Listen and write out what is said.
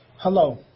Hello